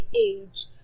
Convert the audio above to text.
age